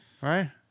Right